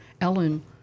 Ellen